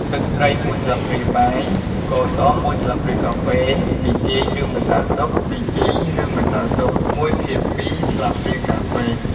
ទឹកត្រី១ស្លាបព្រាបាយ ស្ករស១ស្លាបព្រាកាហ្វេ ប៊ីចេង ឬម្សៅស៊ុប ១/២ ស្លាបព្រាកាហ្វេ